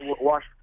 wash